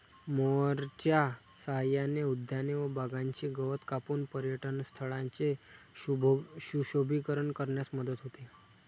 मोअरच्या सहाय्याने उद्याने व बागांचे गवत कापून पर्यटनस्थळांचे सुशोभीकरण करण्यास मदत होते